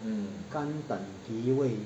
肝胆脾胃